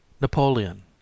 Napoleon